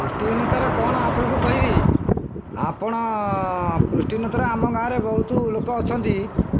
ପୃଷ୍ଟିହୀନତାର କ'ଣ ଆପଣଙ୍କୁ କହିବି ଆପଣ ପୃଷ୍ଟିହୀନତାର ଆମ ଗାଁରେ ବହୁତ ଲୋକ ଅଛନ୍ତି